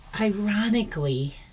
ironically